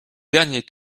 dernier